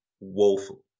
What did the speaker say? woeful